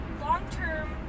Long-term